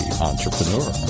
entrepreneur